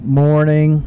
morning